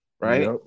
right